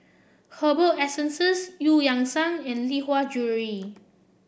Herbal Essences Eu Yan Sang and Lee Hwa Jewellery